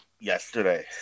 yesterday